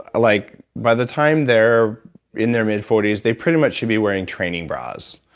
ah like by the time they're in their mid forty s, they pretty much should be wearing training bras.